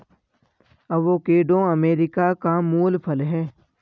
avocado America का मूल फल है